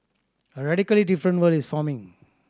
a radically different world is forming